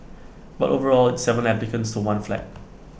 but overall it's Seven applicants to one flat